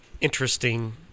interesting